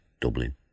Dublin